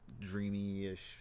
dreamy-ish